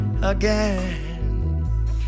Again